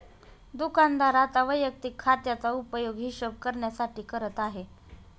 दुकानदार आता वैयक्तिक खात्याचा उपयोग हिशोब करण्यासाठी करत आहे